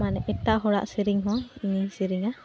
ᱢᱟᱱᱮ ᱮᱴᱟᱜ ᱦᱚᱲᱟᱜ ᱥᱮᱨᱮᱧ ᱦᱚᱸ ᱤᱧᱤᱧ ᱥᱮᱨᱮᱧᱟ